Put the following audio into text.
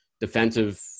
defensive